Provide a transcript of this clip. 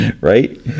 right